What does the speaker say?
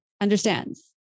understands